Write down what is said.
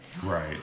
Right